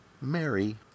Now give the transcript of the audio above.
Mary